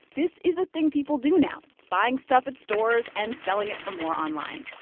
this is a thing people do now buying stuff at stores and selling it for more online.